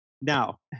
Now